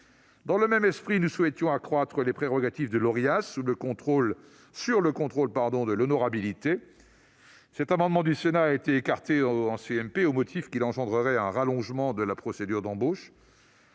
Dans le même esprit, nous souhaitions accroître les prérogatives de l'Orias sur le contrôle de l'honorabilité. Cet amendement du Sénat a été écarté par la commission mixte paritaire au motif qu'il engendrerait un rallongement de la procédure d'embauche.